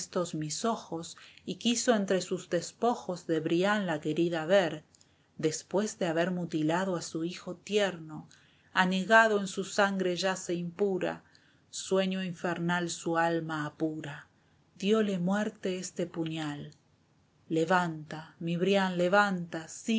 estos mis ojos y quiso entre sus despojos de brian la querida ver la cautiva después de haber mutilado a su hijo tierno anegado en su sangre yace impura sueño infernal su alma apura dióle muerte este puñal levanta mi brian levanta